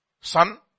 son